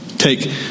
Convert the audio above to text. take